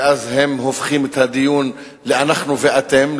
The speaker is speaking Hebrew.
ואז הם הופכים את הדיון לאנחנו ואתם,